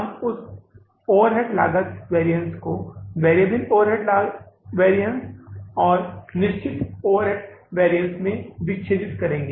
हम उस ओवरहेड लागत वैरिअन्स को वैरिएबल ओवरहेड वैरिअन्स और निश्चित ओवरहेड वैरिअन्स में विच्छेदित करेंगे